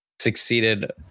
succeeded